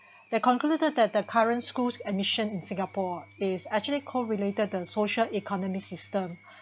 they concluded that the current schools' admission in singapore is actually co-related the social economy system